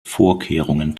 vorkehrungen